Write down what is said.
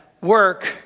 work